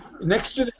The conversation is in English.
Next